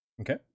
Okay